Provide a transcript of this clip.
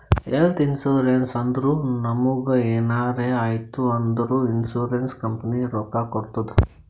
health insurance ಅಂದುರ್ ನಮುಗ್ ಎನಾರೇ ಆಯ್ತ್ ಅಂದುರ್ ಇನ್ಸೂರೆನ್ಸ್ ಕಂಪನಿ ರೊಕ್ಕಾ ಕೊಡ್ತುದ್